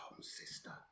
sister